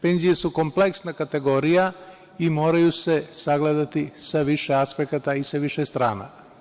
Penzije su kompleksna kategorija i moraju se sagledati sa više aspekata i sa više strana.